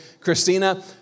Christina